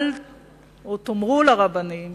תאמרו לרבנים